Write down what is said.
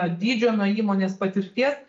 dydžio nuo įmonės patirties